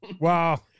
wow